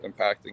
impacting